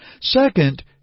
Second